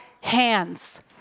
hands